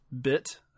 bit